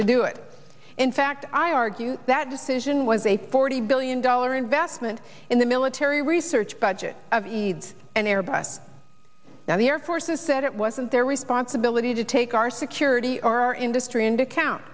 to do it in fact i argue that decision was a forty billion dollar investment in the military research budget of eaves and airbus now the air force has said it wasn't their responsibility to take our security or our industry and account